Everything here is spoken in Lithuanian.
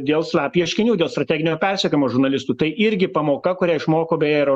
dėl slep ieškinių dėl strateginio persekiojimo žurnalistų tai irgi pamoka kurią išmoko beje ir